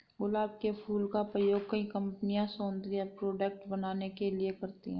गुलाब के फूल का प्रयोग कई कंपनिया सौन्दर्य प्रोडेक्ट बनाने के लिए करती है